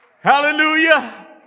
hallelujah